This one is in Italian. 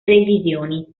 revisioni